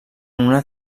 una